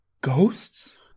Ghosts